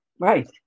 Right